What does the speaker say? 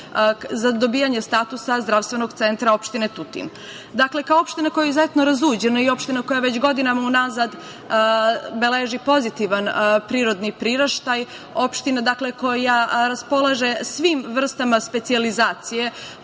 za dobijanje statusa zdravstvenog centra opštine Tutin. Dakle kao opština koja je izuzetno razuđena i opština koja već godinama u nazad beleži pozitivan prirodni priraštaj, opština koja raspolaže svim vrstama specijalizacije